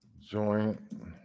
joint